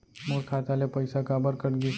मोर खाता ले पइसा काबर कट गिस?